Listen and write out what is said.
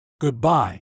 Goodbye